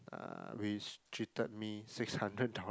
uh which treated me six hundred dollar